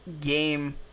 game